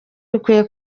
bikwiye